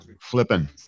flipping